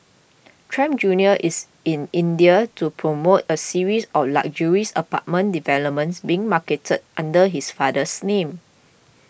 Trump Junior is in India to promote a series of luxuries apartment developments being marketed under his father's name